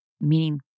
meaning